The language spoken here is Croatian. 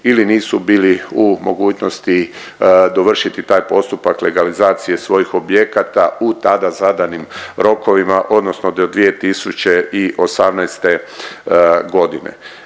ili nisu bili u mogućnosti dovršiti taj postupak legalizacije svojih objekata u tada zadanim rokovima odnosno do 2018. godine.